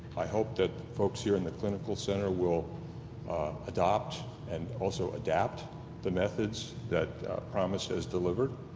i hope that folks here in the clinical center will adopt and also adapt the methods that promis has delivered,